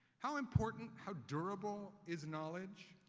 how important, how durable, is knowledge?